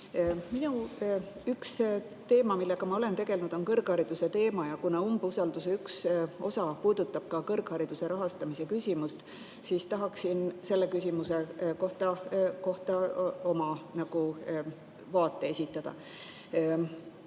üks teema, millega ma olen tegelenud, on kõrghariduse teema ja kuna umbusalduse üks osa puudutab ka kõrghariduse rahastamise küsimust, siis tahaksin selle küsimuse kohta oma vaate esitada. On